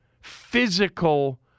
physical